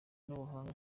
n’ubuhanga